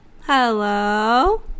Hello